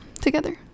together